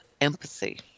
empathy